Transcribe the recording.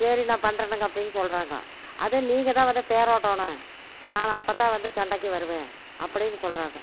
சரி நான் பண்றேனுங்க அப்படின்னு சொல்கிறாங்க அதுவும் நீங்கள் தான் வந்து தேரோட்டணும் நான் அப்போ தான் வந்து சண்டைக்கு வருவேன் அப்படின்னு சொல்கிறாங்க